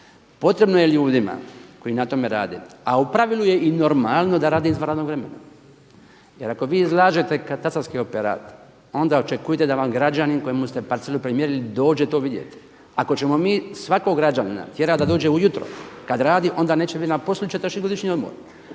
Potrebno je ljudima koji na tome rade, a u pravilu je i normalno da rade izvan radnog vremena. Jer ako vi izlažete katastarski operat onda očekujte da vam građanin kojemu ste parcelu premjerili dođe to vidjeti. Ako ćemo mi svakog građanina tjerati da dođe ujutro kad radi onda neće biti na poslu ili će trošiti godišnji odmor.